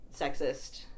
sexist